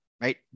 Right